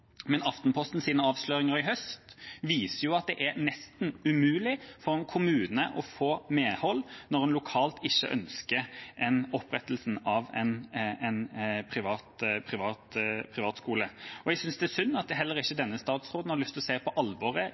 men Aftenpostens avsløringer i høst viser jo at det er nesten umulig for en kommune å få medhold når en lokalt ikke ønsker opprettelse av en privatskole. Jeg synes det er synd at heller ikke denne statsråden har lyst til å se alvoret